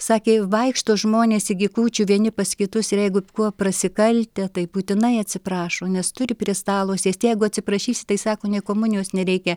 sakė vaikšto žmonės iki kūčių vieni pas kitus ir jeigu kuo prasikaltę tai būtinai atsiprašo nes turi prie stalo sėst jeigu atsiprašysi tai sako nė komunijos nereikia